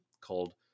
called